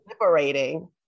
liberating